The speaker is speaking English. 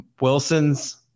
Wilson's